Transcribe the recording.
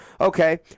Okay